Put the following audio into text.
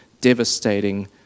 devastating